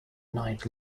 night